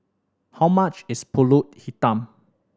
how much is Pulut Hitam